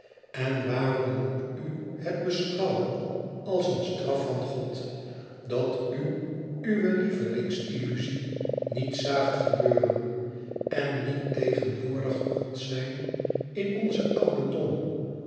en waarom moet u het beschouwen als een straf van god dat u uwe lievelings illuzie niet zaagt gebeuren en niet tegenwoordig kondt zijn in onzen